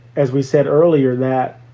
as we said earlier, that,